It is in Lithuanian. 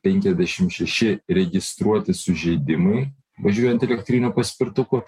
penkiasdešim šeši registruoti sužeidimai važiuojant elektriniu paspirtuku